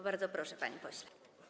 Bardzo proszę, panie pośle.